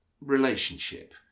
relationship